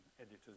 editors